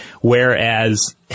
whereas